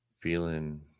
Feeling